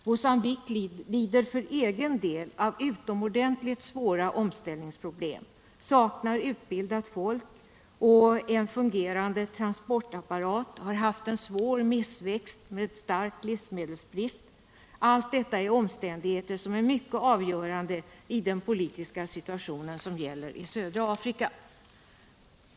Mogambique lider för egen del av utomordentligt svåra omställningsproblem, man saknar utbildat folk och en fungerande transportapparat och har haft svår missväxt med stark livsmedelsbrist. Och alla dessa svårigheter är mycket avgörande i den politiska situationen i södra Alfrika.